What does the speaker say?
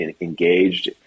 engaged